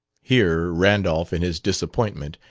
here randolph, in his disappointment,